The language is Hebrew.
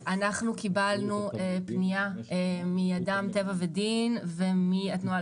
אנחנו קיבלנו פנייה מאדם טבע ודין ומהתנועה